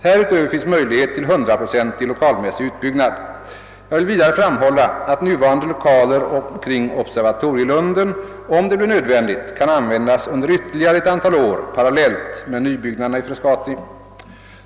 Härutöver finns möjlighet till en hundraprocentig lokalmässig utbyggnad. Jag vill vidare framhålla att nuvarande lokaler omkring Observatorielunden om det blir nödvändigt kan användas under ytterligare ett antal år parallellt med nybyggnaderna i Frescati.